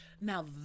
Now